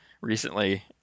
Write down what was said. recently